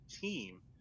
team